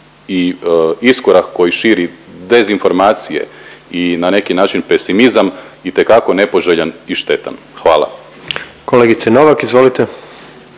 i iskorak koji širi dezinformacije i na neki način pesimizam itekako nepoželjan i štetan. Hvala. **Jandroković, Gordan